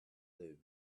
lived